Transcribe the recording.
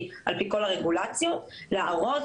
ככל שהרגולציה תרד,